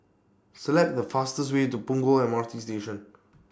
Select The fastest Way to Punggol M R T Station